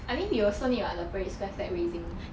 I mean we also need [what] the parade square flag raising